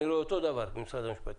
אני רואה אותו דבר במשרד המשפטים.